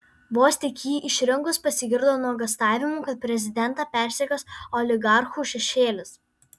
vos tik jį išrinkus pasigirdo nuogąstavimų kad prezidentą persekios oligarchų šešėlis